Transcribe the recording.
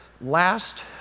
Last